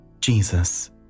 Jesus